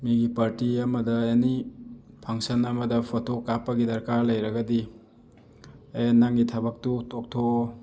ꯃꯤꯒꯤ ꯄꯥꯔꯇꯤ ꯑꯃꯗ any function ꯑꯃꯗ ꯐꯣꯇꯣ ꯀꯥꯞꯄꯒꯤ ꯗꯔꯀꯥꯔ ꯂꯩꯔꯒꯗꯤ ꯑꯦ ꯅꯪꯒꯤ ꯊꯕꯛꯇꯨ ꯇꯣꯛꯊꯣꯛꯑꯣ